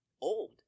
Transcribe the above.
old